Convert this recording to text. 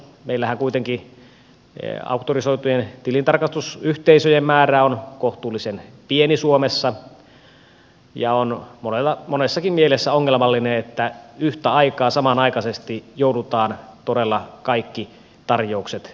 meillähän kuitenkin auktorisoitujen tilintarkastusyhteisöjen määrä on kohtuullisen pieni suomessa ja on monessakin mielessä ongelmallista että yhtä aikaa samanaikaisesti joudutaan todella kaikki tarjoukset käsittelemään